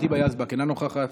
היבה יזבק, אינה נוכחת.